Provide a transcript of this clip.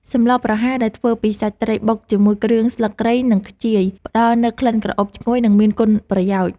សម្លប្រហើរដែលធ្វើពីសាច់ត្រីបុកជាមួយគ្រឿងស្លឹកគ្រៃនិងខ្ជាយផ្តល់នូវក្លិនក្រអូបឈ្ងុយនិងមានគុណប្រយោជន៍។